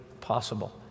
possible